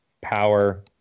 power